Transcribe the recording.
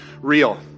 real